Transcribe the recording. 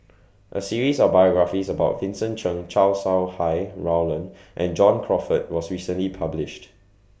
A series of biographies about Vincent Cheng Chow Sau Hai Roland and John Crawfurd was recently published